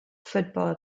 football